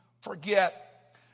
forget